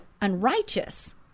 unrighteous